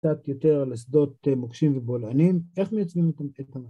קצת יותר על הסדות מוקשים ובולענים, איך מייצגים את המדע.